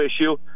issue